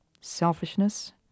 Selfishness